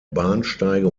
bahnsteige